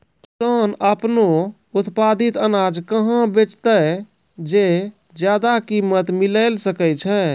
किसान आपनो उत्पादित अनाज कहाँ बेचतै जे ज्यादा कीमत मिलैल सकै छै?